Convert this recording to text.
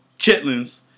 Chitlins